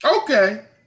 Okay